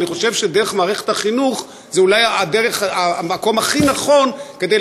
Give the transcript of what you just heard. ואני חושב שמערכת החינוך היא אולי המקום הכי נכון כדי